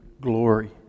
glory